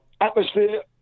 atmosphere